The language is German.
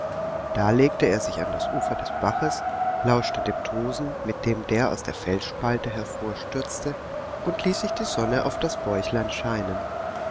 da legte er sich an das ufer des baches lauschte dem tosen mit dem der aus der felsspalte hervorstürzte und ließ sich die sonne auf das bäuchlein scheinen